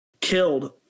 killed